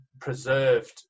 preserved